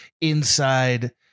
inside